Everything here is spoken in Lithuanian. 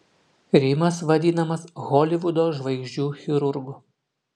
rimas vadinamas holivudo žvaigždžių chirurgu